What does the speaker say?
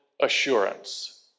assurance